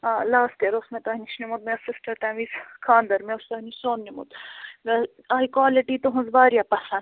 آ last year اوس مےٚ تۄہہِ نِش نِمُت مےٚ اوس سِسٹر تَمہِ وِزِۍ خانٛدر مےٚ اوس تۄہہِ نِش سۄن نِمُت مےٚ آیہِ کوٛالٹی تُہنٛز واریاہ پسنٛد